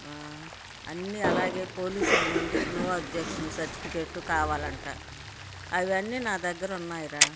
అన్నీ అలాగే పోలీసుల నుండి నో అబ్జెక్షన్ సర్టిఫికేట్ కావాలంట అవన్నీ నా దగ్గర ఉన్నాయిరా